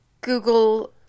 Google